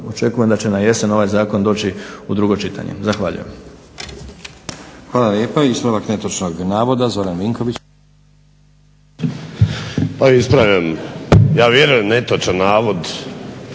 očekujem da će na jesen ovaj zakon doći u drugo čitanje. Zahvaljujem.